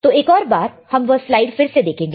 तो एक और बार हम वह स्लाइड फिर से देखेंगे